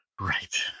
Right